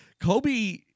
Kobe